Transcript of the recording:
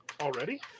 Already